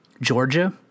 Georgia